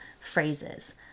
phrases